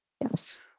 Yes